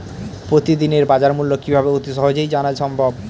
প্রতিদিনের বাজারমূল্য কিভাবে অতি সহজেই জানা সম্ভব?